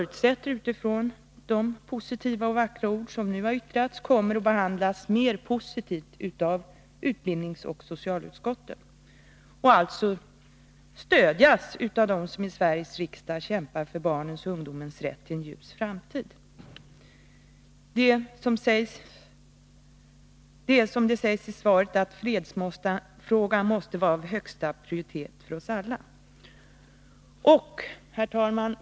Utifrån de positiva och vackra ord som nu har yttrats förutsätter jag att denna motion kommer att behandlas mer positivt av utbildningsoch socialutskotten och att den kommer att stödjas av dem som i Sveriges riksdag kämpar för barnens och ungdomens rätt till en ljus framtid. Arbetet för fred måste, som det sägs i svaret, vara av högsta prioritet för oss alla.